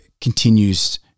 continues